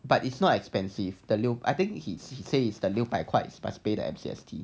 but it is not expensive the 六 I think he says the 六百块 is must pay the M_C_S_T